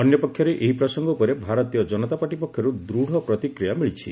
ଅନ୍ୟପକ୍ଷରେ ଏହି ପ୍ରସଙ୍ଗ ଉପରେ ଭାରତୀୟ ଜନତା ପାର୍ଟି ପକ୍ଷରୁ ଦୃଢ଼ ପ୍ରତିକ୍ରିୟା ମିଳିଛି